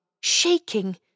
shaking